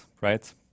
right